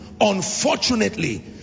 unfortunately